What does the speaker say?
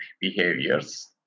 behaviors